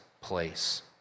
place